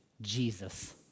Jesus